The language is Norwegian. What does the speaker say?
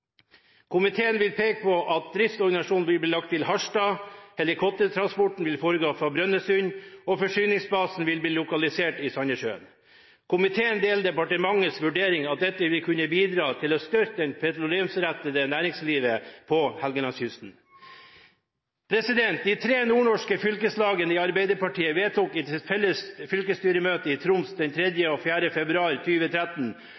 Komiteen vil peke på at driftsorganisasjonen vil bli lagt til Harstad, helikoptertransporten vil foregå fra Brønnøysund og forsyningsbasen vil bli lokalisert i Sandnessjøen. Komiteen deler departementets vurdering av at dette vil kunne bidra til å styrke det petroleumsrettede næringslivet på Helgelandskysten. De tre nordnorske fylkeslagene i Arbeiderpartiet vedtok i sitt felles fylkesstyremøte i Troms